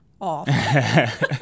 off